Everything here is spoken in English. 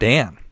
Dan